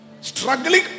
Struggling